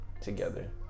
together